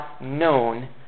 known